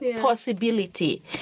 possibility